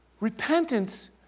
Repentance